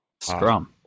Scrum